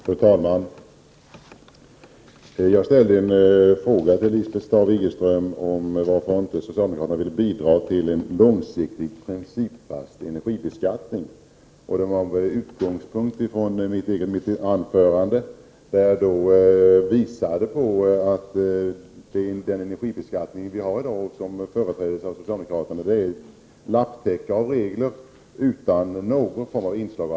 Fru talman! Jag frågade Lisbeth Staaf-Igelström varför socialdemokraterna inte vill bidra till en långsiktig, principfast energibeskattning. Utgångspunkten var mitt eget anförande där jag påvisade att dagens energibeskattning, som ju företräds av socialdemokraterna, är ett lapptäcke av regler utan något inslag av principer.